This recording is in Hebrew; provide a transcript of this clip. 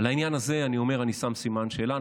על העניין הזה, אני אומר: אני שם סימן שאלה.